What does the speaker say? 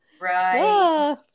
right